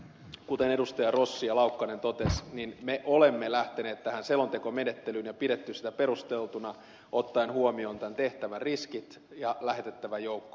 kuten edustajat rossi ja laukkanen totesivat me olemme lähteneet tähän selontekomenettelyyn ja pitäneet sitä perusteltuna ottaen huomioon tämän tehtävän riskit ja lähetettävän joukon